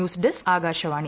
news desk Akashvani